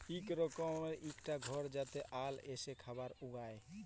ইক রকমের ইকটা ঘর যাতে আল এসে খাবার উগায়